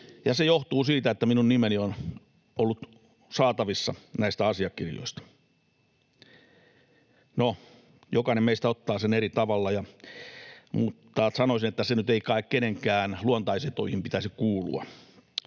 se johtuu siitä, että minun nimeni on ollut saatavissa näistä asiakirjoista. No, jokainen meistä ottaa sen eri tavalla, mutta sanoisin, että sen nyt ei kai kenenkään luontaisetuihin pitäisi kuulua.